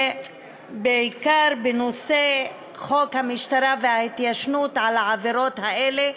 ובעיקר בנושא חוק המשטרה וההתיישנות על העבירות האלה,